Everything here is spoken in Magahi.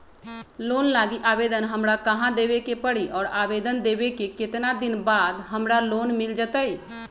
लोन लागी आवेदन हमरा कहां देवे के पड़ी और आवेदन देवे के केतना दिन बाद हमरा लोन मिल जतई?